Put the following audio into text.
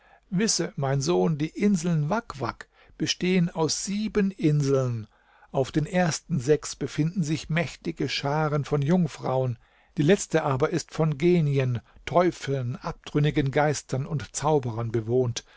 wisse mein sohn die inseln wak wak bestehen aus sieben inseln auf den ersten sechs befinden sich mächtige scharen von jungfrauen die letzte aber ist von geniert teufeln abtrünnigen geistern und zauberern bewohnt